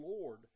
Lord